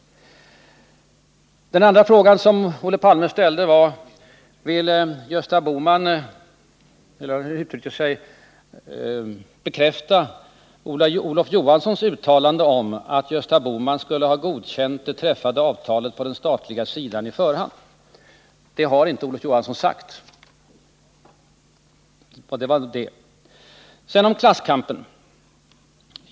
Den andra fråga som Olof Palme ställde var: Vill Gösta Bohman-— eller hur han uttryckte sig — bekräfta Olof Johanssons uttalande om att Gösta Bohman skulle ha på förhand godkänt det träffade avtalet på den statliga sidan? Detta har emellertid Olof Johansson inte sagt. Sedan om klasskampen.